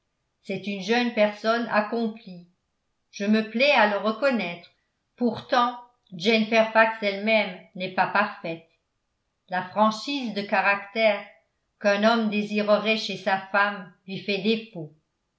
c'est une jeune personne accomplie je me plais à le reconnaître pourtant jane fairfax elle-même n'est pas parfaite la franchise de caractère qu'un homme désirerait chez sa femme lui fait